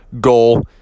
goal